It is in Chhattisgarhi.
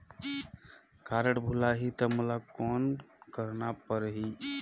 कारड भुलाही ता मोला कौन करना परही?